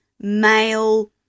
male